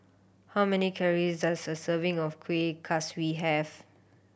how many calories does a serving of Kueh Kaswi have